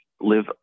live